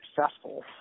successful